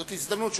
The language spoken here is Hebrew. זאת הזדמנות של